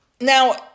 Now